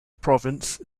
province